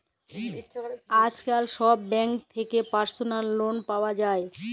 আইজকাল ছব ব্যাংক থ্যাকে পার্সলাল লল পাউয়া যায়